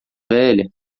velha